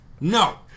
No